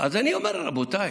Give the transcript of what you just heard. אז אני אומר, רבותיי,